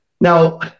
now